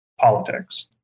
Politics